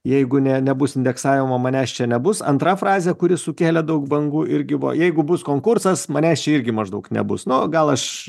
jeigu ne nebus indeksavimo manęs čia nebus antra frazė kuri sukėlė daug bangų irgi buvo jeigu bus konkursas manęs čia irgi maždaug nebus nu gal aš